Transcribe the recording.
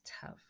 tough